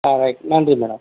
ஆ right நன்றி madam